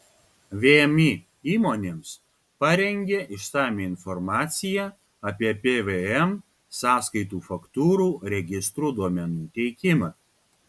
vmi įmonėms parengė išsamią informaciją apie pvm sąskaitų faktūrų registrų duomenų teikimą